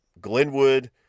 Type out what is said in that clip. Glenwood